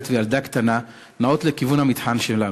ובילדה קטנה נעות לכיוון המתחם שלנו.